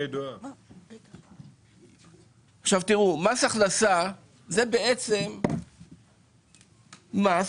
מס הכנסה זה בעצם מס